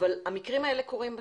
אבל המקרים האלה קורים בשטח.